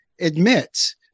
admits